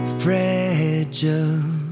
fragile